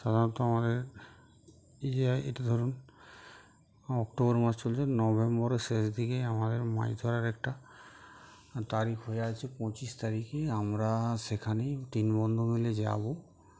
সাধারণত আমাদের এই যে এটা ধরুন অক্টোবর মাস চলছে নভেম্বরের শেষ দিকে আমাদের মাছ ধরার একটা তারিখ হয়ে আছে পঁচিশ তারিখে আমরা সেখানেই তিন বন্ধু মিলে যাবো